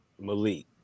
Malik